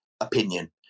opinion